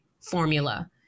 formula